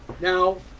Now